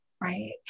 right